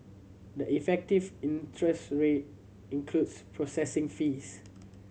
the effective interest rate includes processing fees